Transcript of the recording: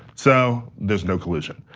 so there's no collision,